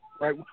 right